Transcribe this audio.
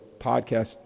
podcast